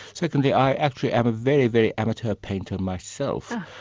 secondly i actually am a very, very amateur painter myself.